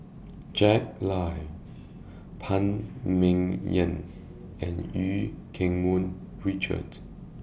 Jack Lai Phan Ming Yen and EU Keng Mun Richard